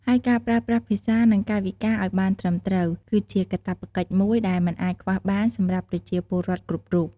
ហើយការប្រើប្រាស់ភាសា និងកាយវិការឲ្យបានត្រឹមត្រូវ គឺជាកាតព្វកិច្ចមួយដែលមិនអាចខ្វះបានសម្រាប់ប្រជាពលរដ្ឋគ្រប់រូប។